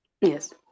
Yes